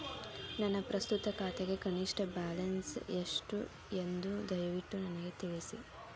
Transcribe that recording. ನನ್ನ ಪ್ರಸ್ತುತ ಖಾತೆಗೆ ಕನಿಷ್ಟ ಬ್ಯಾಲೆನ್ಸ್ ಎಷ್ಟು ಎಂದು ದಯವಿಟ್ಟು ನನಗೆ ತಿಳಿಸಿ